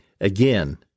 Again